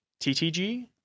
TTG